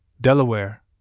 Delaware